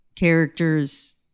Characters